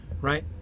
right